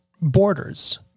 borders